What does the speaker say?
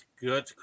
good